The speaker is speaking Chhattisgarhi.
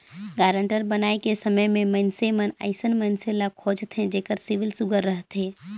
गारंटर बनाए के समे में मइनसे मन अइसन मइनसे ल खोझथें जेकर सिविल सुग्घर रहथे